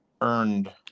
earned